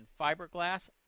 fiberglass